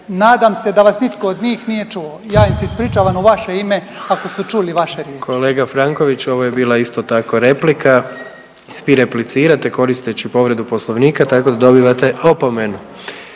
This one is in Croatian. nadam se da vas nitko od njih nije čuo. Ja im se ispričavam u vaše ime ako su čuli vaše riječi. **Jandroković, Gordan (HDZ)** Kolega Franković ovo je bila isto tako replika. Svi replicirate koristeći povredu poslovnika tako da dobivate opomenu.